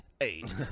eight